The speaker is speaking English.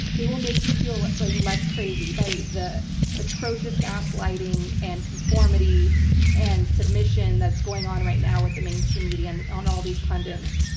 it will make you feel less crazy by the atrocious gaslighting and conformity and submission that's going on right now with the mainstream media and ah and all these pundits.